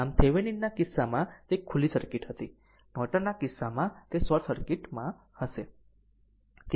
આમ થેવેનિન ના કિસ્સામાં તે ખુલ્લી સર્કિટ હતી નોર્ટન ના કિસ્સામાં તે શોર્ટ સર્કિટમાં હશે તે શું હશે